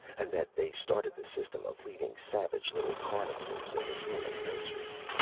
and that they started the system of leaving savage little carnivores in the human nurseries.